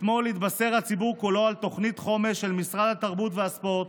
אתמול התבשר הציבור כולו על תוכנית חומש של משרד התרבות והספורט